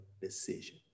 decision